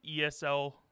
ESL